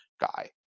guy